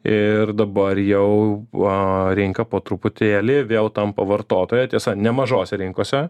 ir dabar jau va rinka po truputėlį vėl tampa vartotoją tiesa ne mažose rinkose